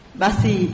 basi